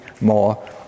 more